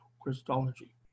Christology